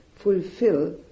fulfill